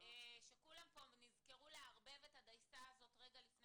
כולם נזכרו לערבב את הדייסה רגע לפני